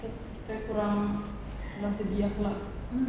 kita kurang berakhlak